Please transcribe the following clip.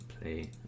play